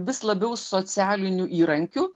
vis labiau socialiniu įrankiu